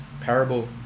parable